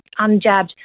unjabbed